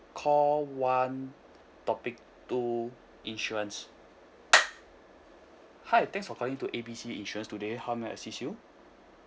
call one topic two insurance hi thanks for calling to A B C insurance today how may I assist you